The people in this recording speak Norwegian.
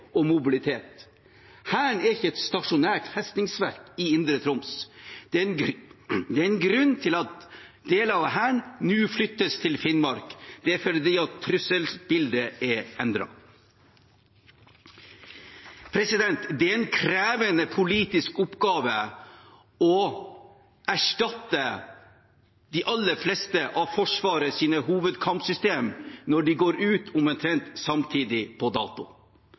og mobilitet. Hæren er ikke et stasjonært festningsverk i indre Troms. Det er en grunn til at deler av Hæren nå flyttes til Finnmark; det er fordi trusselbildet er endret. Det er en krevende politisk oppgave å erstatte de aller fleste av Forsvarets hovedkampsystemer når de går ut på dato omtrent samtidig.